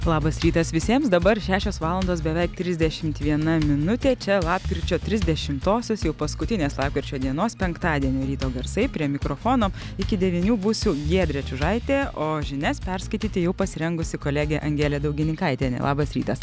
labas rytas visiems dabar šešios valandos beveik trisdešimt viena minutė čia lapkričio trisdešimtosios jau paskutinės lapkričio dienos penktadienio ryto garsai prie mikrofono iki devynių būsiu giedrė čiužaitė o žinias perskaityti jau pasirengusi kolegė angelė daugininkaitienė labas rytas